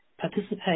participate